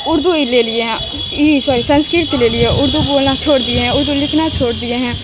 اردو ہی لے لیے ای سوری سنسکرت لے لیے اردو بولنا چھوڑ دیے ہیں اردو لکھنا چھوڑ دیے ہیں